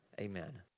amen